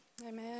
Amen